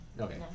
Okay